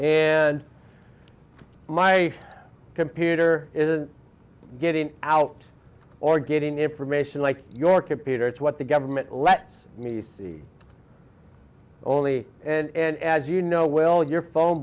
and my computer isn't getting out or getting information like your computer it's what the government lets me see only and as you know well your phone